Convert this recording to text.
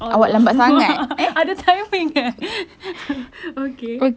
allah ada timing eh okay